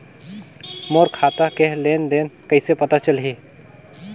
मोर खाता के लेन देन कइसे पता चलही?